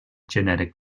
genetic